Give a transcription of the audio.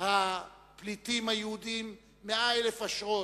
הפליטים היהודים 100,000 אשרות,